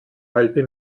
halbe